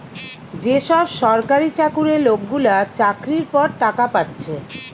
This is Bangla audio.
যে সব সরকারি চাকুরে লোকগুলা চাকরির পর টাকা পাচ্ছে